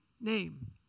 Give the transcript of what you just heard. name